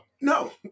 No